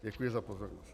Děkuji za pozornost.